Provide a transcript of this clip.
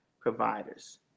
providers